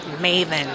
maven